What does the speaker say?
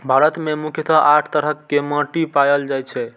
भारत मे मुख्यतः आठ तरह के माटि पाएल जाए छै